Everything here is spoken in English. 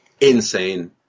insane